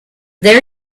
there